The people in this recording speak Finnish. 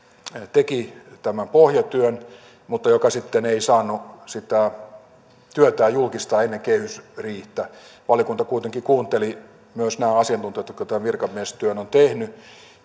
teki tämän pohjatyön mutta joka sitten ei saanut sitä työtään julkistaa ennen kehysriihtä valiokunta kuitenkin kuunteli myös nämä asiantuntijat jotka tämän virkamiestyön ovat